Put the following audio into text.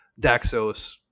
Daxos